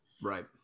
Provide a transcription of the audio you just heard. Right